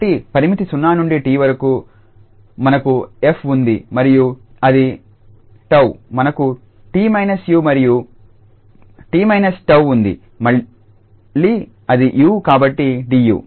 కాబట్టి పరిమితి 0 నుండి 𝑡 వరకు మనకు 𝑓 ఉంది మరియు ఇది 𝜏 మనకు 𝑡−𝑢 మరియు 𝑡−𝜏 ఉంది అది మళ్లీ 𝑢 కాబట్టి 𝑑𝑢